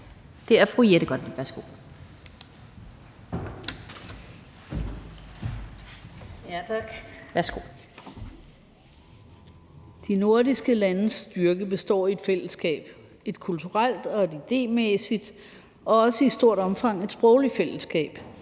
(Ordfører) Jette Gottlieb (EL): Tak. De nordiske landes styrke består i et fællesskab, et kulturelt og et idémæssigt og også i stort omfang et sprogligt fællesskab.